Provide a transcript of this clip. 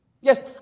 Yes